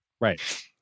right